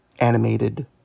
animated